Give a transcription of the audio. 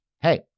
hey